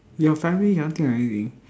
your family never think of anything